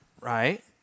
right